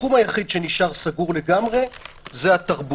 התחום היחיד שנשאר סגור לגמרי הוא התרבות.